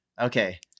Okay